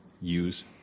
use